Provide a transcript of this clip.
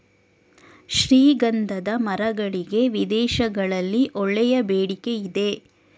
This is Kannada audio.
ಶ್ರೀಗಂಧದ ಮರಗಳಿಗೆ ವಿದೇಶಗಳಲ್ಲಿ ಒಳ್ಳೆಯ ಬೇಡಿಕೆ ಇದೆ